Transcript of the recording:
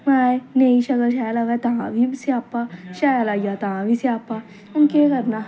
माए नेईं शकल शैल आवै तां बी स्यापा शैल आई जा तां बी स्यापा हून केह् करना